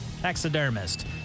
Taxidermist